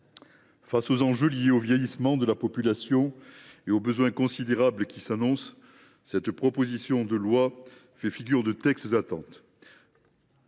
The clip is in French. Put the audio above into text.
égard aux enjeux liés au vieillissement de la population et aux besoins considérables qui s’annoncent, cette proposition de loi fait figure de texte d’attente.